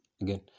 Again